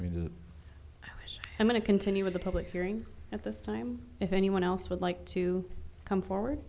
us i'm going to continue with the public hearing at this time if anyone else would like to come forward